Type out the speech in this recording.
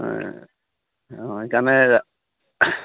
অঁ সেইকাৰণে